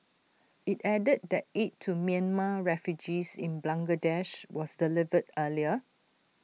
IT added that aid to Myanmar refugees in Bangladesh was delivered earlier